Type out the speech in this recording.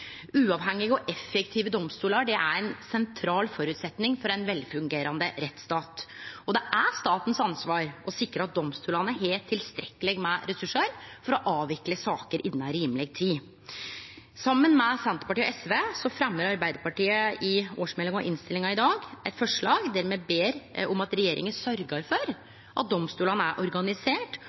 Uavhengige og effektive domstolar er ein sentral føresetnad for ein velfungerande rettsstat. Og det er staten som har ansvar for å sikre at domstolane har tilstrekkeleg med ressursar til å avvikle saker innan rimeleg tid. Ein samla komité fremjar i dag eit forslag til vedtak der me ber om at regjeringa sørgjer for at domstolane er